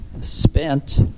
spent